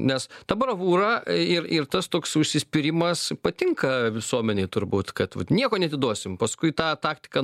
nes ta bravūra ir ir tas toks užsispyrimas patinka visuomenei turbūt kad vat nieko neatiduosim paskui tą taktiką